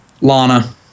lana